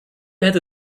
hätte